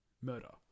murder